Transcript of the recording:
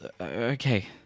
okay